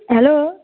hello